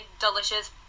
delicious